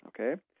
Okay